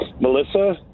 Melissa